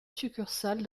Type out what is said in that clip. succursale